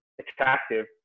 attractive